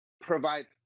provide